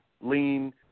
lean